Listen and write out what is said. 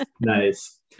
Nice